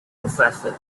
professor